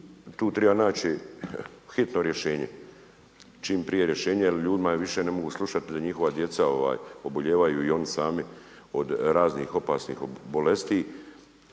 tu treba naći hitno rješenje. Čim prije rješenje jer ljudima je više, ne mogu slušati da njihova djeca obolijevaju i oni sami od raznih opasnih bolesti.